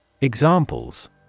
Examples